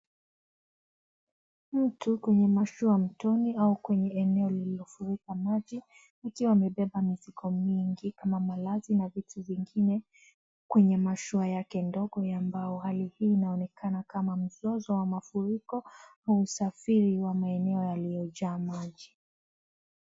Mtu kwenye mashua mtoni au kwenye eneo lililofurika maji, akiwa amebeba mizigo mingi kama malazi na vitu vingine kwenye mashua yake ndogo ya mbao. Hali hii inaonekana kama mzozo wa mafuriko au usafiri wa maeneo yaliyojaa maji.